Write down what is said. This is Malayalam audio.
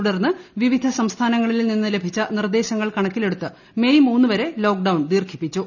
തുടർന്ന് വിവിധ സംസ്ഥാനങ്ങളിൽ നിന്ന് ലഭിച്ച നിർദ്ദേശങ്ങൾ കണക്കിലെടുത്ത് മേയ് മൂന്നുവരെ ലോക്ഡൌൺ ദീർഘിപ്പിച്ചു